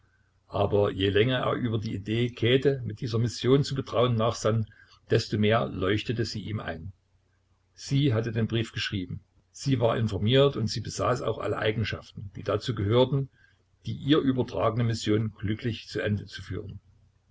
aber je länger er über die idee käthe mit dieser mission zu betrauen nachsann desto mehr leuchtete sie ihm ein sie hatte den brief geschrieben sie war informiert und sie besaß auch alle eigenschaften die dazu gehörten die ihr übertragene mission glücklich zu ende zu führen